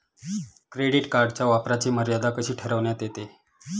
Credit कार्डच्या वापराची मर्यादा कशी ठरविण्यात येते?